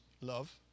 love